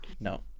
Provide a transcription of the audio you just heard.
no